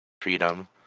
freedom